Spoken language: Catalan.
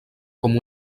com